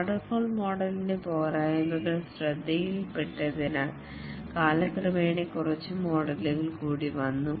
waterfall മോഡലിന്റെ പോരായ്മകൾ ശ്രദ്ധയിൽപ്പെട്ടതിനാൽ കാലക്രമേണ കുറച്ച് മോഡലുകൾ കൂടി വന്നു